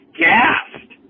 gassed